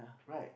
right